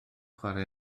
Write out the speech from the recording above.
chwarae